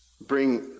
bring